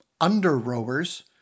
under-rowers